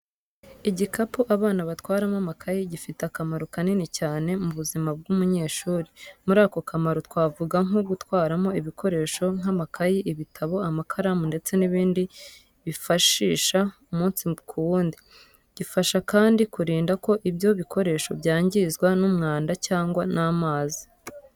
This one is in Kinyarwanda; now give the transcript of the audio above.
Igikapu abana batwaramo amakayi gifite akamaro kanini cyane mu buzima bw’umunyeshuri. Muri ako kamaro twavuga nko gutwaramo ibikoresho nk'amakayi, ibitabo, amakaramu ndetse n'ibindi bifashisha umunsi ku wundi. Gifasha kandi kurinda ko ibyo ibikoresho byangizwa n'umwanda cyangwa n'amazi.